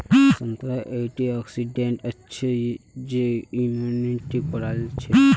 संतरात एंटीऑक्सीडेंट हचछे जे इम्यूनिटीक बढ़ाछे